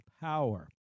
power